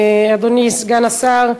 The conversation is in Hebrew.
אדוני סגן השר,